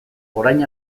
orain